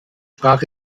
sprache